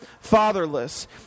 fatherless